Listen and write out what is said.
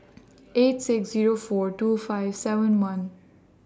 eight six Zero four two five seven one